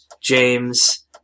James